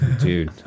Dude